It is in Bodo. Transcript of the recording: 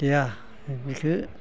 गैया बेखौ